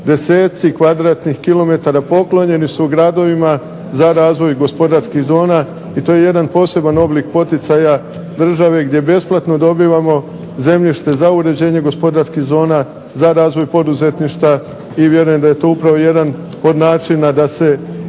deseci kvadratnih kilometara poklonjeni su gradovima za razvoj gospodarskih zona i to je jedan poseban oblik poticaja države gdje besplatno dobivamo zemljište za uređenje gospodarskih zona, za razvoj poduzetništva, i vjerujem da je to upravo jedan od načina da se